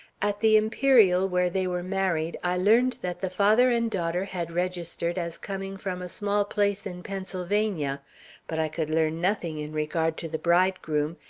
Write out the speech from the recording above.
at the imperial, where they were married, i learned that the father and daughter had registered as coming from a small place in pennsylvania but i could learn nothing in regard to the bridegroom.